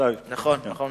נכון מאוד.